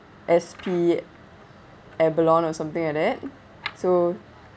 S_P abalong or something like that so